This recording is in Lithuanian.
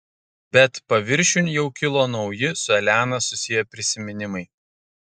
bet paviršiun jau kilo nauji su elena susiję prisiminimai